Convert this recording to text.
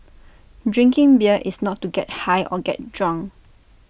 drinking beer is not to get high or get drunk